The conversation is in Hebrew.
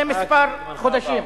לפני כמה חודשים.